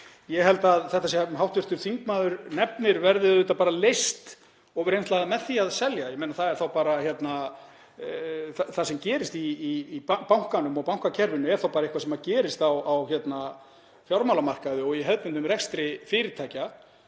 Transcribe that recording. Ég held að þetta sem hv. þingmaður nefnir verði auðvitað bara ofur einfaldlega leyst með því að selja. Ég meina, það sem gerist í bankanum og bankakerfinu er þá bara eitthvað sem gerist á fjármálamarkaði og í hefðbundnum rekstri fyrirtækja.